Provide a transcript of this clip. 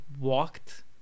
walked